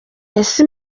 ese